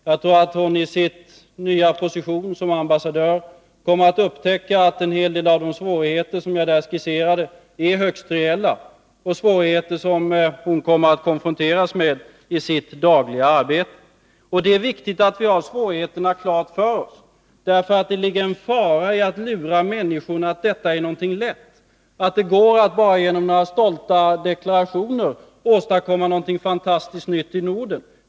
Jag tror att Maj Britt Theorin i sin nya position som ambassadör kommer att upptäcka att en hel del av de svårigheter som jag skisserat där är högst reella och är svårigheter som hon kommer att konfronteras med i sitt dagliga arbete. Det är viktigt att vi har svårigheterna klara för oss. Det ligger nämligen en fara i att lura människorna att detta är någonting lätt, att det bara genom några stolta deklarationer går att åstadkomma någonting fantastiskt nytt i Norden.